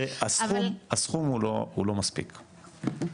הסכום הוא לא מספיק,